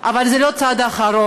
אבל זה לא הצעד האחרון: